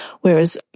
whereas